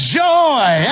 joy